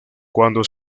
cuando